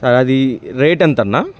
అది రేట్ ఎంతన్నా